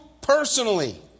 personally